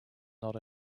not